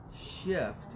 shift